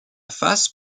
face